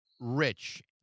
rich